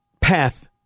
path